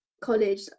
college